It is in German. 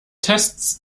tests